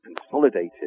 consolidated